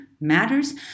matters